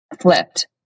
flipped